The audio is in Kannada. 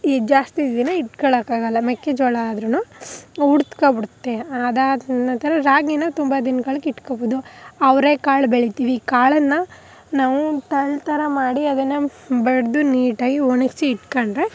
ಇದು ಜಾಸ್ತಿ ದಿನ ಇಟ್ಕೊಳ್ಳೋಕ್ಕಾಗೋಲ್ಲ ಮೆಕ್ಕೆ ಜೋಳ ಆದರೂನು ಬಿಡುತ್ತೆ ಅದಾದ ನಂತರ ರಾಗಿನ ತುಂಬ ದಿನ್ಗಳಿಗೆ ಇಟ್ಕೊಳ್ಬೋದು ಅವರೆ ಕಾಳು ಬೆಳಿತೀವಿ ಕಾಳನ್ನು ನಾವು ತಲ್ತರ ಮಾಡಿ ಅದನ್ನು ಬಡಿದು ನೀಟಾಗಿ ಒಣಗಿಸಿ ಇಟ್ಕೊಂಡ್ರೆ